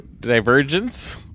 divergence